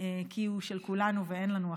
כי הוא של כולנו ואין לנו אחר,